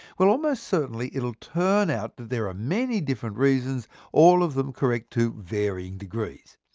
but almost certainly, it'll turn out that there are many different reasons all of them correct to varying degrees.